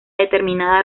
determinada